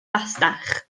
fasnach